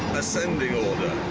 ascending order.